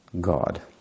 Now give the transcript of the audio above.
God